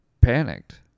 panicked